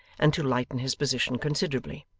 and to lighten his position considerably.